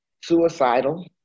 suicidal